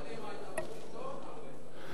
אם קדימה היתה בשלטון, הרבה.